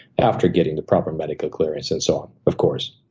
after getting the proper medical clearance and so on, of course.